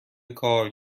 کار